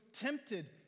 tempted